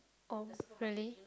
oh really